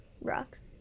rocks